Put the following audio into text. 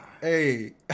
Hey